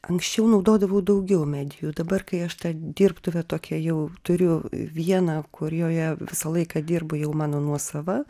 anksčiau naudodavau daugiau medijų dabar kai aš tą dirbtuvę tokią jau turiu vieną kurioje visą laiką dirbu jau mano nuosava